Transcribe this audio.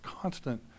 constant